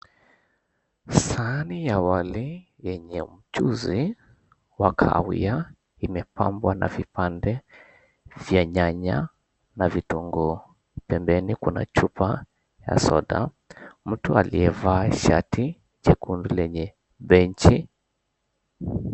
Sahani ya wali yenye mchuzi wa kahawia imepambwa na vipande vya nyanya na vitunguu. Pembeni kuna chupa ya soda, mtu aliyevaa shati jekundu lenye benchi.